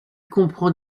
comprend